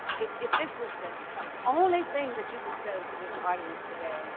if if this was the the only thing that you could say to this audience today